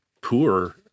poor